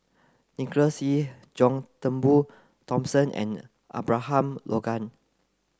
Nicholas Ee John Turnbull Thomson and Abraham Logan